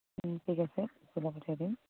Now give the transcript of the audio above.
ঠিক আছে সেইটো মই পঠিয়াই দিম